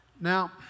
Now